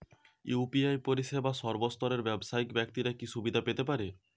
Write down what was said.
UPI পরিসেবা সর্বস্তরের ব্যাবসায়িক ব্যাক্তিরা কি সুবিধা পেতে পারে?